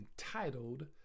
entitled